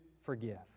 forgive